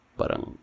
parang